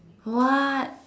what